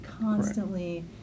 constantly